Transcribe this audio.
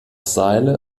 seile